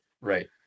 Right